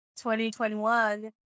2021